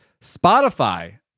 Spotify